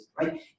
right